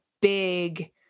big